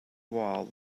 wall